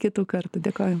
kitų kartų dėkoju